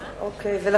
אדוני היושב-ראש, אבל